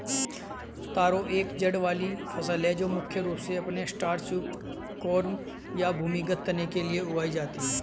तारो एक जड़ वाली फसल है जो मुख्य रूप से अपने स्टार्च युक्त कॉर्म या भूमिगत तने के लिए उगाई जाती है